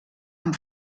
amb